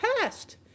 past